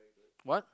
what